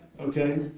Okay